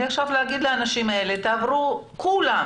אז אני אגיד עכשיו לאנשים האלה שיעברו כולם